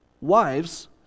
Wives